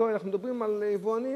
אלא אנחנו מדברים על יבואנים,